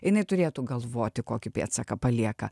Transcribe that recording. jinai turėtų galvoti kokį pėdsaką palieka